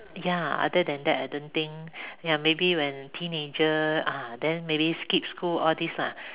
ya other than that I don't think ya maybe when teenager ah then maybe skip school all these lah